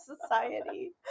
society